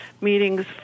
meetings